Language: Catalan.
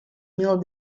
mil